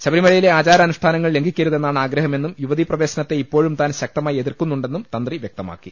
ശബരിമലയിലെ ആചാരാനുഷ്ഠാനങ്ങൾ ലംഘിക്കരുതെന്നാണ് ആഗ്രഹമെന്നും യുവതീ പ്രവേശനത്തെ ഇപ്പോഴും താൻ ശക്തമായി എതിർക്കുന്നുണ്ടെന്നും മേൽശാന്തി വ്യക്തമാക്കി